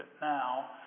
now